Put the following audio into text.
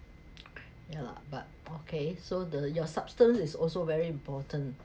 ya lah but okay so the your substance is also very important